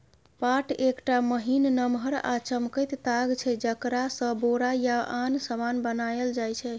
पाट एकटा महीन, नमहर आ चमकैत ताग छै जकरासँ बोरा या आन समान बनाएल जाइ छै